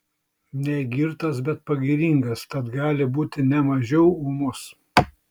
negirtas bet pagiringas tad gali būti ne mažiau ūmus